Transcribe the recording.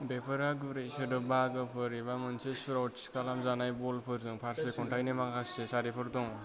बेफोरहा गुरै सोदोब बाहागोफोर एबा मोनसे सुराव थि खालाम जानाय बलफोरजों फारसि खन्थायनि माखासे सारिफोर दं